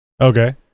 Okay